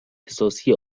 احساسی